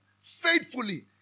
faithfully